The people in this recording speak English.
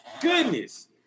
goodness